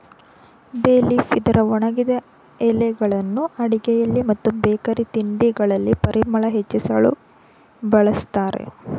ಬೇ ಲೀಫ್ ಇದರ ಒಣಗಿದ ಎಲೆಗಳನ್ನು ಅಡುಗೆಯಲ್ಲಿ ಮತ್ತು ಬೇಕರಿ ತಿಂಡಿಗಳಲ್ಲಿ ಪರಿಮಳ ಹೆಚ್ಚಿಸಲು ಬಳ್ಸತ್ತರೆ